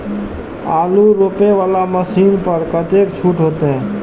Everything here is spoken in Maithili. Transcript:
आलू रोपे वाला मशीन पर कतेक छूट होते?